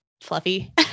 fluffy